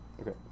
Okay